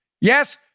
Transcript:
yes